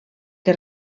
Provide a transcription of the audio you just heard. que